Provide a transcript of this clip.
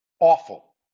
Awful